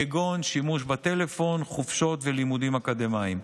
כגון שימוש בטלפון, חופשות ולימודים אקדמיים.